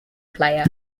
player